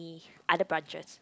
other branches